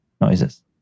noises